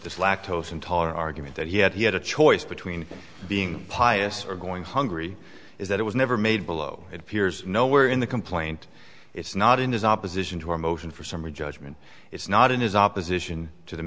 this lactose intolerant argument that he had he had a choice between being pious or going hungry is that it was never made below it appears nowhere in the complaint it's not in his opposition to a motion for summary judgment it's not in his opposition to the